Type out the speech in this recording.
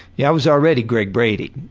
yeah, i was already greg brady,